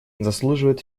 заслуживает